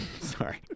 Sorry